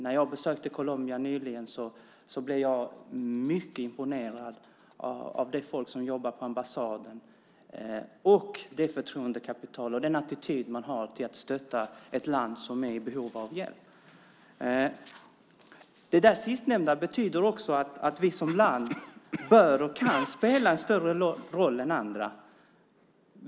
När jag nyligen besökte landet blev jag mycket imponerad av de människor som jobbar på ambassaden och det förtroendekapital och den attityd som finns till att stötta ett land i behov av hjälp. Det sistnämnda betyder att vi som land bör och kan spela en större roll än andra.